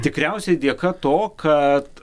tikriausiai dėka to kad